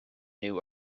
new